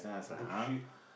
bullshit